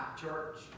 church